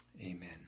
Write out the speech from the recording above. Amen